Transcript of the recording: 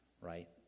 right